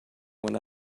when